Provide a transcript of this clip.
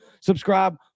subscribe